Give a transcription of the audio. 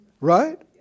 right